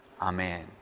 Amen